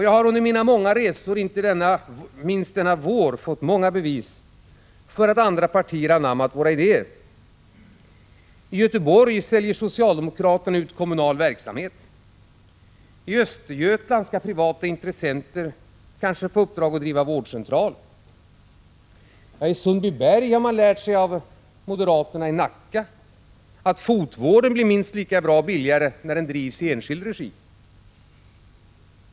Jag har under mina många resor, inte minst denna vår, fått många bevis för att andra partier anammat våra idéer. I Göteborg säljer socialdemokraterna ut kommunal verksamhet. I Östergötland skall privata intressenter kanske få uppdrag att driva en vårdcentral. I Sundbyberg har man lärt sig av moderaterna i Nacka att fotvården blir minst lika bra och billigare när den drivs i enskild regi.